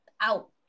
out